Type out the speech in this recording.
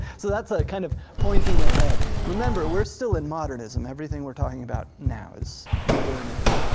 so that's ah kind of pointing ahead. remember, we're still in modernism. everything we're talking about now is modernity.